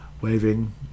waving